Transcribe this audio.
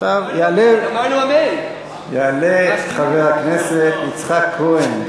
יעלה חבר הכנסת יצחק כהן.